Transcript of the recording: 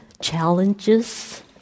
challenges